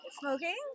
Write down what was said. smoking